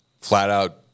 flat-out